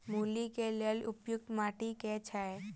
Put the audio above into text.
मूली केँ लेल उपयुक्त माटि केँ छैय?